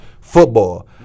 football